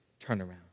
turnaround